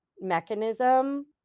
mechanism